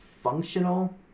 Functional